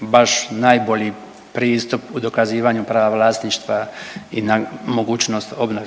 baš najbolji pristup u dokazivanju prava vlasništva i na mogućnost obnove.